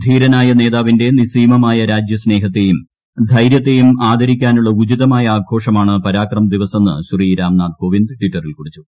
ധീരനായ നേതാവിന്റെ നിസ്സീമമായ രാജ്യ സ്നേഹത്തെയും ധൈര്യത്തെയും ആദരിക്കാനുളള ഉചിതമായ ആഘോഷമാണ് പരാക്രമ് ദിവസ് എന്ന് ശ്രീ രാംനാഥ്കോവിന്ദ് ടിറ്ററിൽ കുറിച്ചു